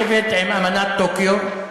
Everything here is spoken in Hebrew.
רוצה להעמיד אותו על דיוקו,